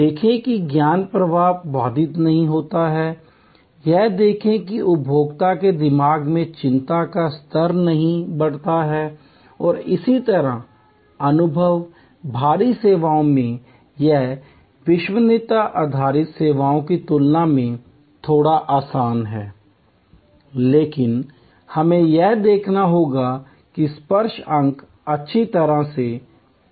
देखें कि ज्ञान प्रवाह बाधित नहीं होता है यह देखें कि उपभोक्ता के दिमाग में चिंता का स्तर नहीं बढ़ता है और इसी तरह अनुभव भारी सेवाओं में यह विश्वसनीयता आधारित सेवाओं की तुलना में थोड़ा आसान है लेकिन हमें यह देखना होगा कि स्पर्श अंक अच्छी तरह से प्रबंधित हैं